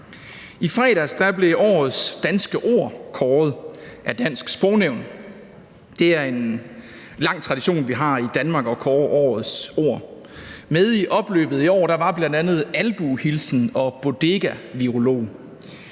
I fredags blev årets danske ord kåret af Dansk Sprognævn. Det er en lang tradition, vi har i Danmark, at kåre årets ord. Med i opløbet i år var bl.a. albuehilsen og bodegavirolog.